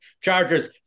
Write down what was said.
Chargers